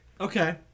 Okay